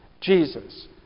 Jesus